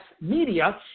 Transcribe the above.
media